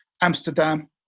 Amsterdam